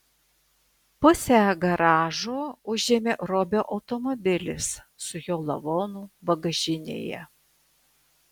pusę garažo užėmė robio automobilis su jo lavonu bagažinėje